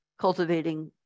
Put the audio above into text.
cultivating